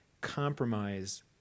compromise